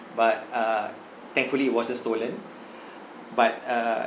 but uh thankfully it wasn't stolen but uh